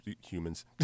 Humans